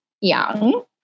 young